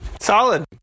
Solid